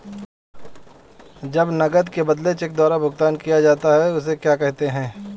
जब नकद के बदले चेक द्वारा भुगतान किया जाता हैं उसे क्या कहते है?